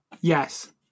Yes